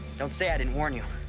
don't say i didn't warn you.